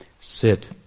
sit